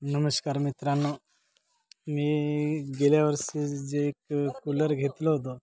नमस्कार मित्रांनो मी गेल्या वर्षी जे एक कूलर घेतलं होतं